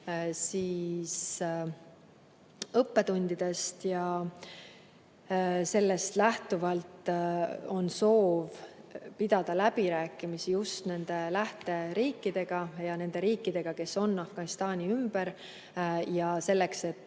aasta õppetundidest. Sellest lähtuvalt on soov pidada läbirääkimisi just lähteriikidega ja nende riikidega, kes on Afganistani ümber, selleks et